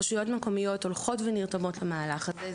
רשויות מקומיות הולכות ונרתמות למהלך הזה.